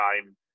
time